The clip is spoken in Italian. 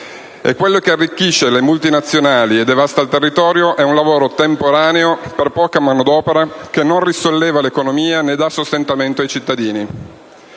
e quello che arricchisce le multinazionali e devasta il territorio è un lavoro temporaneo, per poca manodopera, che non risolleva l'economia, né dà sostentamento ai cittadini.